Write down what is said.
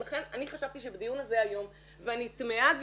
ולכן אני חשבתי שבדיון הזה היום ואני תמיהה,